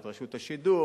באגרת רשות השידור.